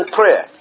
prayer